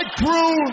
crew